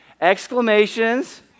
exclamations